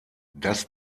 das